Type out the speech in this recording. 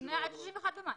עד ה-31 במאי.